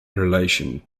relation